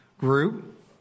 group